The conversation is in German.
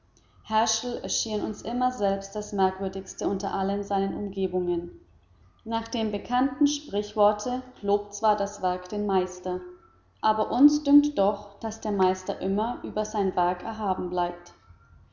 herschel erschien uns immer selbst das merkwürdigste unter allen seinen umgebungen nach dem bekannten sprichworte lobt zwar das werk den meister aber uns dünkt doch daß der meister immer über sein werk erhaben bleibt